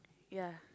ya